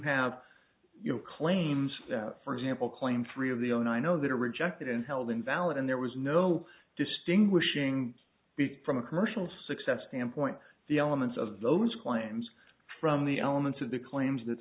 have your claims for example claim three of the own i know that are rejected and held invalid and there was no distinguishing between from a commercial success standpoint the elements of those claims from the elements of the claims that